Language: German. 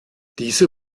diese